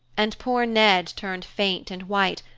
and poor ned turned faint and white,